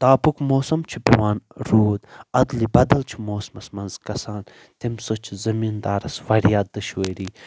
تاپُک موسَم چھُ پیٚوان روٗد ادلہٕ بدل چھُ موسٕمَس منٛزگَژھان تمہِ سۭتۍ چھُ زٔمیٖندارس وارِیاہ دُشوٲری